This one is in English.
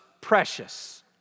precious